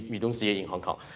we don't see it in hong kong,